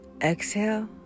exhale